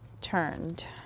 turned